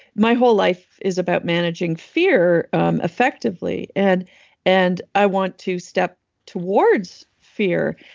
my whole life is about managing fear um effectively. and and i want to step towards fear.